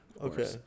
Okay